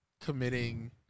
committing